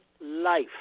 life